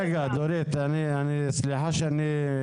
לעניינים מינהליים